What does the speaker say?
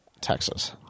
Texas